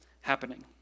happening